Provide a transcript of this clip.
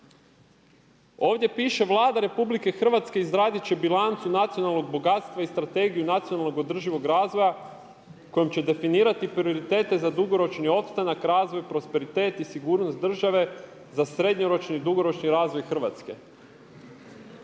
Ovdje piše Vlada Republike Hrvatske izradit će bilancu nacionalnog bogatstva i Strategiju nacionalnog održivog razvoja kojom će definirati prioritete za dugoročni opstanak, razvoj, prosperitet i sigurnost države za srednjoročni i dugoročni razvoj Hrvatske.